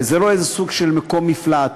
וזה לא סוג של מקום מפלט.